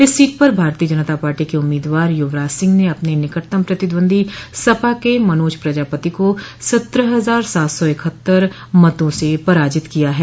इस सीट पर भारतीय जनता पार्टी के उम्मीदवार युवराज सिंह ने अपने निकटतम प्रतिद्वंदी सपा के मनोज प्रजापति को सत्रह हजार सात सौ इकहत्तर मतों से पराजित किया है